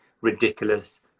ridiculous